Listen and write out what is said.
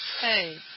Hey